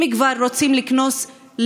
אם כבר רוצים לקנוס,